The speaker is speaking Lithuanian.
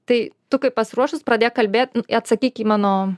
tai tu kai pasiruošus pradėk kalbėt atsakyk į mano